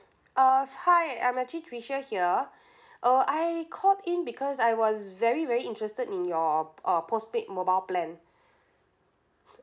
uh hi I'm actually tricia here uh I called in because I was very very interested in your uh postpaid mobile plan